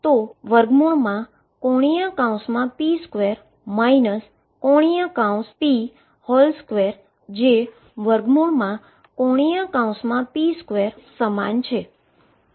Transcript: તેથી ⟨p2⟩ ⟨p⟩2 જે ⟨p2⟩ ની સમાન છે